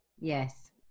Yes